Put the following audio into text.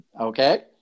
Okay